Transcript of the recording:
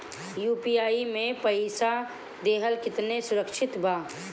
UPI से पईसा देहल केतना सुरक्षित बा?